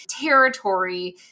territory